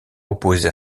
opposé